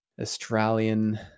Australian